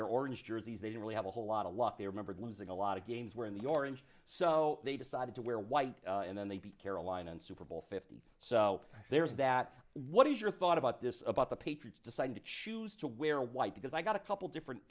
their orange jerseys they don't really have a whole lot of luck they remembered losing a lot of games were in the orange so they decided to wear white and then they beat carolina and super bowl fifty so there is that what is your thought about this about the patriots decide to choose to wear white because i got a couple different